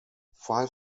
five